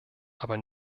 aber